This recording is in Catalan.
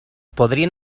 podrien